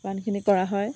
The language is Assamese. সিমানখিনি কৰা হয়